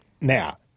Now